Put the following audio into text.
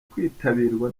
kwitabirwa